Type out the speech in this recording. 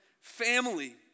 family